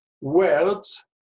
words